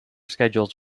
schedules